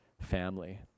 family